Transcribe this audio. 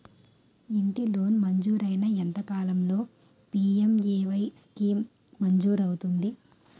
ఇంటి లోన్ మంజూరైన ఎంత కాలంలో పి.ఎం.ఎ.వై స్కీమ్ మంజూరు అవుతుంది?